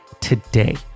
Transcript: today